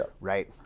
Right